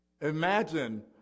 Imagine